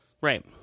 Right